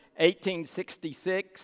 1866